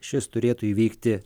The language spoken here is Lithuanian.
šis turėtų įvykti